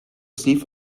sniff